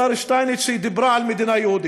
השר שטייניץ, דיברה על מדינה יהודית.